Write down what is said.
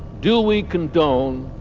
do we condone.